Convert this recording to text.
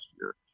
year